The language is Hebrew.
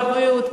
בבריאות,